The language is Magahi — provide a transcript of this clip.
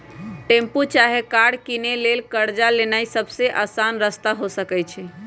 टेम्पु चाहे कार किनै लेल कर्जा लेनाइ सबसे अशान रस्ता हो सकइ छै